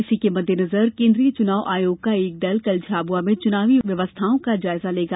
इसी के मददेनजर केन्द्रीय चुनाव आयोग का एक दल कल झाबुआ में चुनावी व्यवस्थाओं का जायजा लेगा